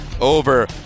over